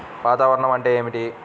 వాతావరణం అంటే ఏమిటి?